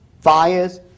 fires